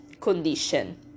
condition